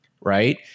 Right